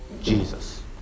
Jesus